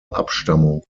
abstammung